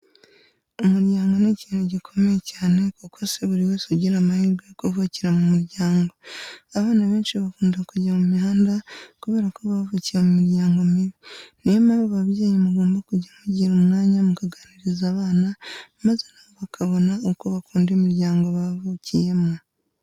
Umuryango ni ikintu gikomeye cyane kuko si buri wese ugira amahirwe yo kuvukira mu muryango. Abana benshi bakunda kujya mu mihanda kubera ko bavukiye mu miryango mibi, niyo mpamvu ababyeyi mugomba kujya mugira umwanya mukaganiriza abana maze na bo bakabona uko bakunda imiryango bavuriyemo.